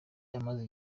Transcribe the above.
amaze